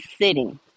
sitting